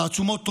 תעצומות רוח,